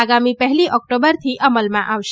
આગામી પહેલી ઓક્ટોબરથી અમલમાં આવશે